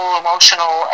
emotional